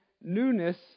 newness